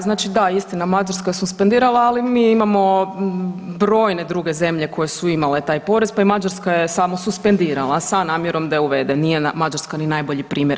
Znači da istina, Mađarska je suspendirala, ali mi imamo brojne druge zemlje koje su imale taj porez, pa i Mađarska je samo suspendirala sa namjerom da je uvede, nije Mađarska ni najbolji primjer.